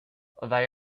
they